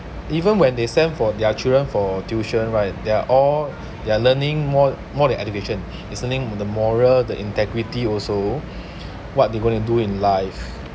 even when they send for their children for tuition right they're all they're learning more more than education listening with the moral the integrity also what they gonna do in life